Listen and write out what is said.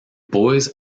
boys